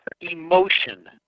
emotion